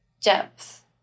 depth